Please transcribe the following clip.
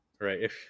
right